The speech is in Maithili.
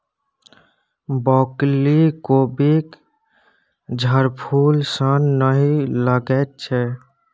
ब्रॉकली कोबीक झड़फूल सन नहि लगैत छै